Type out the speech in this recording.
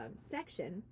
section